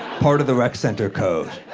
part of the rec center code.